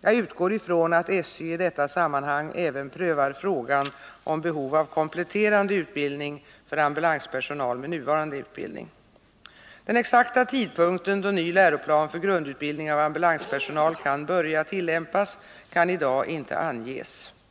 Jag utgår ifrån att SÖ i detta sammanhang även prövar frågan om behov av kompletterande utbildning för ambulanspersonal med nuvarande utbildning. Den exakta tidpunkten då ny läroplan för grundutbildning av ambulanspersonal kan börja tillämpas kan i dag inte anges.